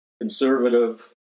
conservative